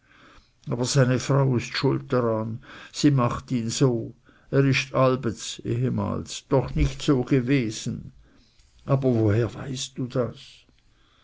aber seine frau ist schuld daran sie macht ihn so er ist allbets doch nicht so gewesen aber woher weißt du das